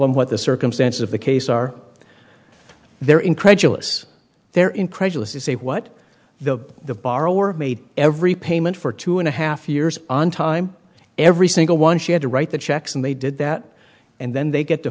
them what the circumstance of the case are they're incredulous they're incredulous you say what the the borrower made every payment for two and a half years on time every single one she had to write the checks and they did that and then they get